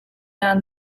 down